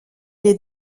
les